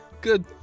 Good